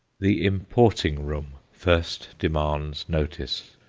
the importing room first demands notice.